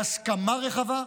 בהסכמה רחבה.